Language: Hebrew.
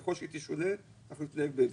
ככל שהיא תשתנה, אנחנו נתנהג בהתאם.